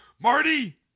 Marty